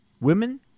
Women